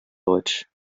deutsch